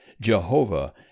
Jehovah